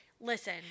listen